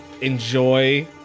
enjoy